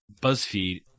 BuzzFeed